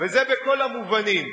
וזה בכל המובנים.